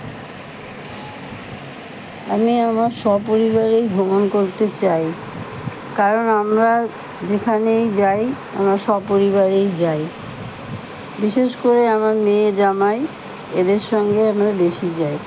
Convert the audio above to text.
আমি আমার সপরিবারেই ভ্রমণ করতে চাই কারণ আমরা যেখানেই যাই আমরা সপরিবারেই যাই বিশেষ করে আমার মেয়ে জামাই এদের সঙ্গে আমরা বেশি যাই